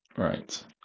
Right